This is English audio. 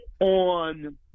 on